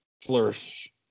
flourish